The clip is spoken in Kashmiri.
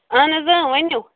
اَہَن حظ اۭں ؤنِو